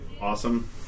awesome